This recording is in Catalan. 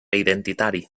identitari